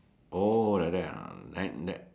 oh like that ah and then